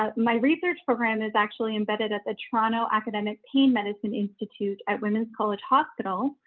ah my research program is actually embedded at the toronto academic pain medicine institute at women's college hospital,